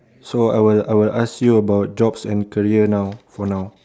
so I will I will ask you about jobs and career now for now